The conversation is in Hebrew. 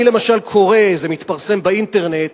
אני למשל קורא, וזה מתפרסם באינטרנט: